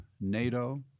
NATO